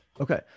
Okay